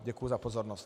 Děkuji za pozornost.